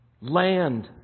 Land